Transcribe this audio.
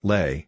Lay